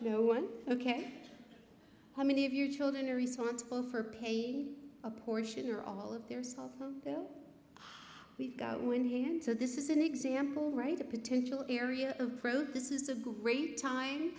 no one ok how many of your children are responsible for paying a portion or all of their cell phone we've got one here and so this is an example right a potential area of growth this is a great time